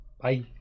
Bye